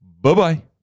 Bye-bye